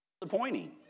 disappointing